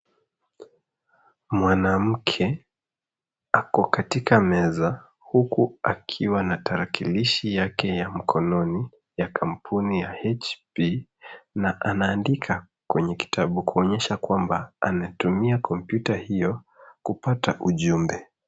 Mwanamke ako katika meza, huku akiwa na tarakilishi yake ya mkononi ya kampuni ya HP, na anaandika kwenye kitabu kuonyesha kwamba anatumia kompyuta hiyo kupata ujumbe.